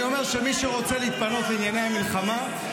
אני אומר שמי שרוצה להתפנות לענייני המלחמה,